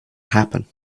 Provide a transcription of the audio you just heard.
happen